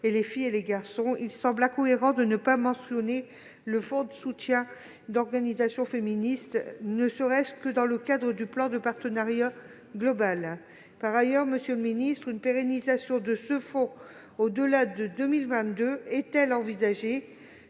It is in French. et les filles et les garçons, il semble incohérent de ne pas mentionner le Fonds de soutien aux organisations féministes dans le cadre de partenariat global. Par ailleurs, monsieur le ministre, une pérennisation de ce fonds au-delà de 2022 est-elle envisagée ?